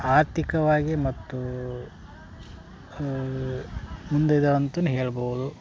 ಆರ್ಥಿಕವಾಗಿ ಮತ್ತು ಮುಂದಿದಾವ ಅಂತನು ಹೇಳ್ಬೌದು